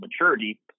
maturity